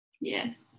Yes